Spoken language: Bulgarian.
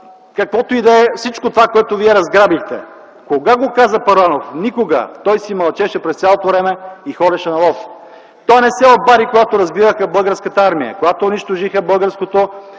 не продавайте всичко онова, което разграбихте!”. Кога го каза Първанов? Никога! Той си мълчеше през цялото време и ходеше на лов. Той не се обади, когато разбиваха Българската армия, когато унищожиха българското